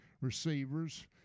receivers